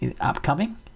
upcoming